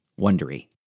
Wondery